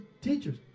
teachers